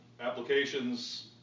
applications